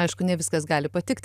aišku ne viskas gali patikti